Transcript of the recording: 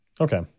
Okay